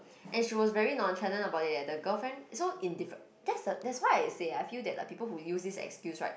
and she was very nonchalant about it eh the girlfriend so in different that's the that's why I say I feel that people who use this excuse right